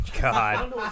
God